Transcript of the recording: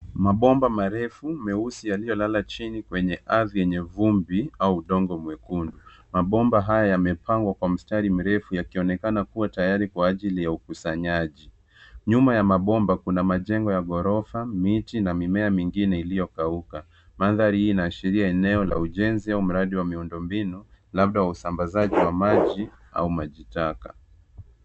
Mabomba marefu, meusi yaliyolala chini kwenye ardhi yenye vumbi, au udongo mwekundu. Mabomba hayo yamepangwa kwa mistari mirefu yakionekana kuwa tayari kwa ajili ya ukusanyaji. Nyuma ya mabomba kuna majengo ya ghorofa, miti na mimea mingine iliyokauka. Mandhari hii inaashiria eneo la ujenzi au mradi wa miundombinu, labda wa usambazaji wa maji au majitaka.